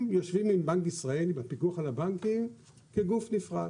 הם יושבים עם בנק ישראל ועם הפיקוח על הבנקים כגוף נפרד,